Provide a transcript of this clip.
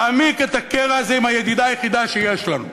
להעמיק את הקרע הזה עם הידידה היחידה שיש לנו.